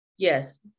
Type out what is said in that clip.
Yes